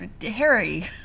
Harry